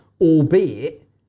albeit